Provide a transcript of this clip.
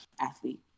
athlete